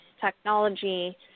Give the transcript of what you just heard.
technology